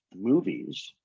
movies